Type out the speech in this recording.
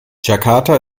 jakarta